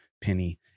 penny